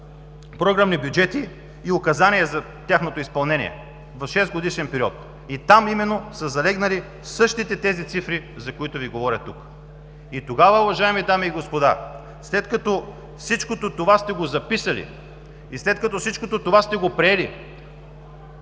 „програмни бюджети“ и указания за тяхното изпълнение в шестгодишен период. Там именно са залегнали същите тези цифри, за които Ви говоря тук. Тогава, уважаеми дами и господа, след като всичкото това сте го записали и сте го приели,